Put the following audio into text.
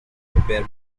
repair